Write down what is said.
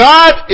God